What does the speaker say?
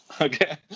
Okay